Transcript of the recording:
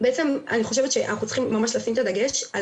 בעצם אני חושבת שאנחנו צריכים ממש לשים את הדגש על